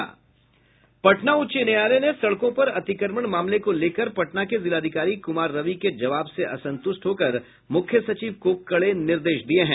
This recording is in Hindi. पटना उच्च न्यायालय ने सड़कों पर अतिक्रमण मामले को लेकर पटना के जिलाधिकारी कुमार रवि के जवाब से असंतुष्ट होकर मुख्य सचिव को कड़े निर्देश दिये हैं